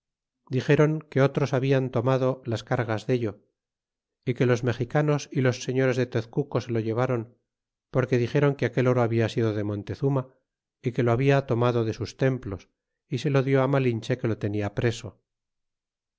dixéron que otros hablan tomado las cargas dello y que los mexicanos y los señores de tezcuco se lo llevaron porque dixeron que aquel oro había sido de montezuma y que lo habia tomado de sus templos y se lo dió malinche que lo tenia preso